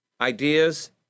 ideas